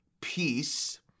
peace